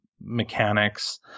mechanics